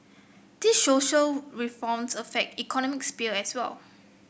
these social reforms affect economic sphere as well